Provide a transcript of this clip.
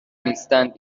نیستند